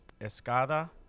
Escada